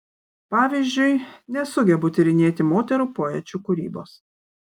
pavyzdžiui nesugebu tyrinėti moterų poečių kūrybos